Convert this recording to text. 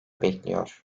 bekliyor